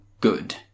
good